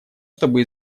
чтобы